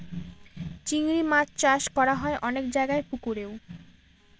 চিংড়ি মাছ চাষ করা হয় অনেক জায়গায় পুকুরেও